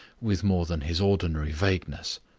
with more than his ordinary vagueness.